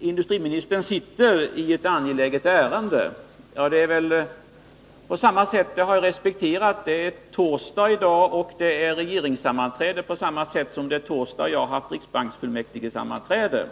Industriministern sitter alltså upptagen i ett angeläget ärende, och jag respekterar det. Det är ju regeringssammanträde i dag, eftersom det är torsdag. Av samma anledning har jag deltagit i riksbanksfullmäktigesammanträde.